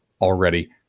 already